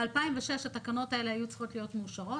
ב-2006 התקנות האלה היו צריכות להיות מאושרות.